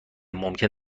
ممکن